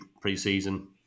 pre-season